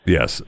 Yes